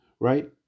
Right